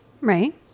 Right